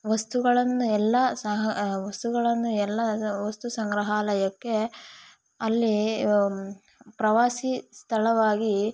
ವಸ್ತುಗಳನ್ನು ಎಲ್ಲಾ ಸಹ ವಸ್ತುಗಳನ್ನು ಎಲ್ಲ ವಸ್ತು ಸಂಗ್ರಹಾಲಯಕ್ಕೆ ಅಲ್ಲಿ ಪ್ರವಾಸಿ ಸ್ಥಳವಾಗಿ